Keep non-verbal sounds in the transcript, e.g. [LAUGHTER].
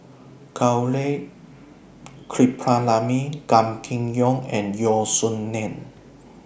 Gaurav [UNINTELLIGIBLE] Gan Kim Yong and Yeo Song Nian